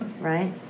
right